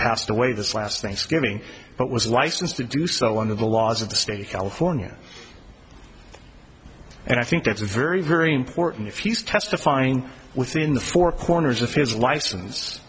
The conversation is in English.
passed away this last thanksgiving but was licensed to do so under the laws of the state of california and i think that's very very important if he's testifying within the four corners of his license